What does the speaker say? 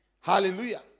Hallelujah